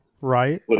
right